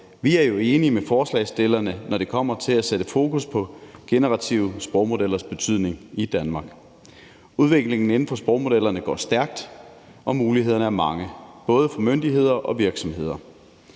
Vi er jo enige med forslagsstillerne, når det kommer til at sætte fokus på generative sprogmodellers betydning i Danmark. Udviklingen inden for spogmodellerne går stærkt, og mulighederne er mange – for både myndigheder og virksomheder.